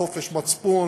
חופש מצפון,